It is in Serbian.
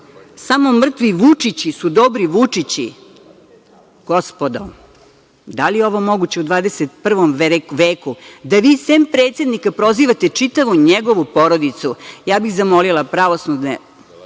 samo mrtvi Vučići su dobri Vučići, gospodo, da li je ovo moguće u 21. veku, da vi sem predsednika prozivate čitavu njegovu porodicu? Ja bih zamolila pravosudne